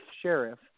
sheriff